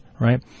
right